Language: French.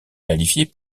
qualifiés